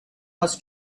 was